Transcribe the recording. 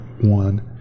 One